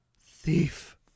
Thief